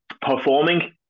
performing